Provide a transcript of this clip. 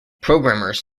programmers